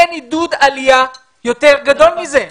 אין עידוד עלייה יותר גדול מזה.